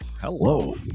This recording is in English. Hello